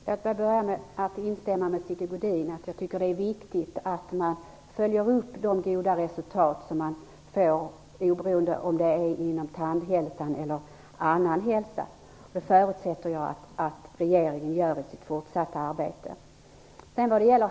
Fru talman! Jag vill börja med att instämma i att det är viktigt att vi följer upp de goda resultat som kommer till stånd, oberoende av om det gäller tandhälsan eller annan hälsa. Jag förutsätter också att regeringen i sitt fortsatta arbete gör det.